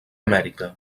amèrica